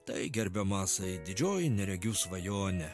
tai gerbiamasai didžioji neregių svajonė